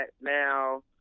now